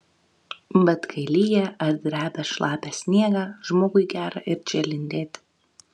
bet kai lyja ar drebia šlapią sniegą žmogui gera ir čia lindėti